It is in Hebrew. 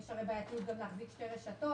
כי יש הרי בעייתיות להחזיק שתי רשתות.